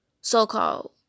so-called